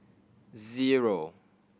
zero